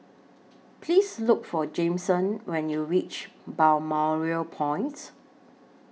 Please Look For Jameson when YOU REACH Balmoral Point